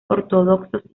ortodoxos